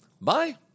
Bye